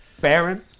Baron